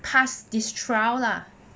pass this trial lah